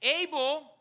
Abel